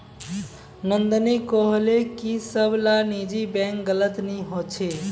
नंदिनी कोहले की सब ला निजी बैंक गलत नि होछे